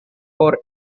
por